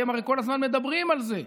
אתם הרי כל הזמן מדברים על זה: